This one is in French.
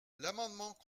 l’amendement